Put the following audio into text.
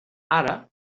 ara